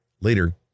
Later